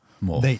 More